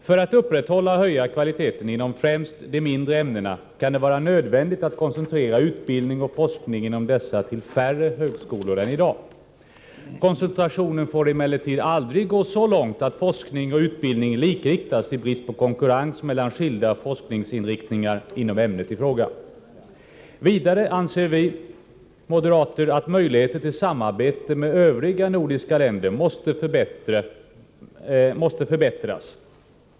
För att upprätthålla och höja kvaliteten inom främst de mindre ämnena kan det vara nödvändigt att koncentrera utbildning och forskning inom dessa till färre högskolor än i dag. Koncentrationen får emellertid aldrig gå så långt att forskning och utbildning likriktas i brist på konkurrens mellan skilda forskningsinriktningar inom ämnet i fråga. Vidare anser vi moderater att möjligheter till samarbete med övriga nordiska länder måste förbättras.